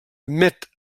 met